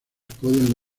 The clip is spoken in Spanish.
pueden